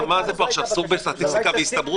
מה זה פה עכשיו, שיעור בסטטיסטיקה והסתברות?